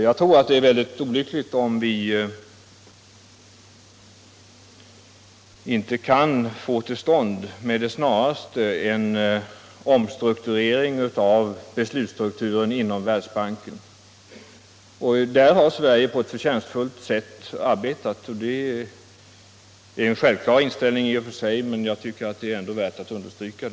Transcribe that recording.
Jag tror att det är väldigt olyckligt om vi inte med det snaraste kan få till stånd en ändring av beslutsstrukturen inom Världsbanken. Det har Sverige på ett förtjänstfullt sätt arbetat för, det är en självklar inställning i och för sig, men jag tycker ändå att det är värt att understryka.